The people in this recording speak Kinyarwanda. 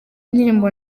indirimbo